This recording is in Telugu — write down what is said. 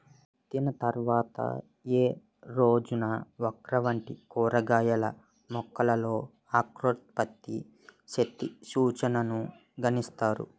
విత్తిన తర్వాత ఏ రోజున ఓక్రా వంటి కూరగాయల మొలకలలో అంకురోత్పత్తి శక్తి సూచికను గణిస్తారు?